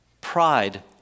pride